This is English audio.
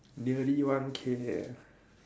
nearly one K leh